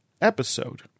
episode